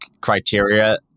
criteria